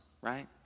right